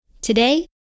Today